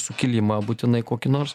sukilimą būtinai kokį nors